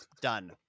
done